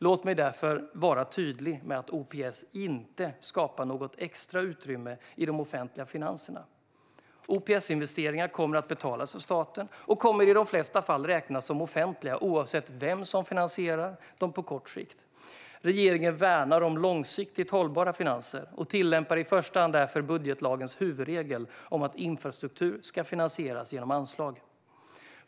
Låt mig därför vara tydlig med att OPS inte skapar något extra utrymme i de offentliga finanserna. OPS-investeringar kommer att betalas av staten och kommer i de flesta fall att räknas som offentliga, oavsett vem som finansierar dem på kort sikt. Regeringen värnar om långsiktigt hållbara finanser och tillämpar i första hand därför budgetlagens huvudregel om att infrastruktur ska finansieras med anslag.